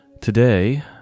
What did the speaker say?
Today